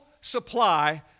supply